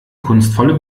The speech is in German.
kunstvolle